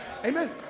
Amen